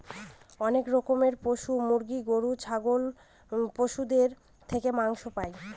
অনেক রকমের পশু মুরগি, গরু, ছাগল পশুদের থেকে মাংস পাই